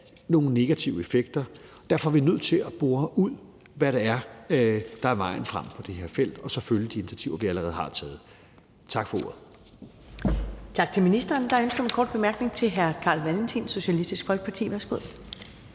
nogle negative effekter. Derfor er vi nødt til at bore ud, hvad der er vejen frem på det her felt, og så følge de initiativer, vi allerede har taget. Tak for ordet. Kl. 13:48 Første næstformand (Karen Ellemann): Tak til ministeren. Der er et ønske om en kort bemærkning. Carl Valentin, Socialistisk Folkeparti. Værsgo.